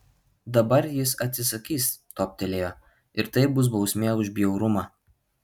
dabar jis atsisakys toptelėjo ir tai bus bausmė už bjaurumą